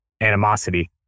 animosity